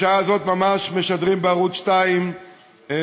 בשעה זאת ממש משדרים בערוץ 2 תחקיר